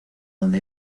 donde